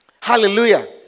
Hallelujah